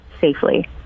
safely